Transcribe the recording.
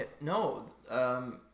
No